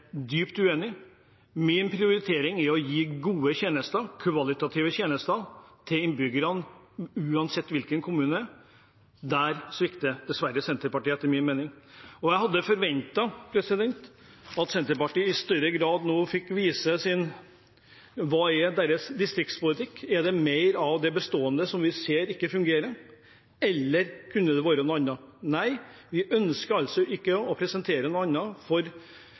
dypt uenige. Min prioritering er å gi gode tjenester, kvalitative tjenester, til innbyggerne – uansett hvilken kommune det gjelder. Der svikter dessverre Senterpartiet etter min mening. Jeg hadde forventet at Senterpartiet i større grad nå fikk vise hva som er deres distriktspolitikk. Er det mer av det bestående som vi ser ikke fungerer, eller kunne det vært noe annet? Nei, de ønsker altså ikke å presentere noe